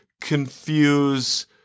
confuse